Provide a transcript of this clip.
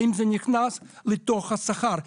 האם זה נכנס לתוך השכר?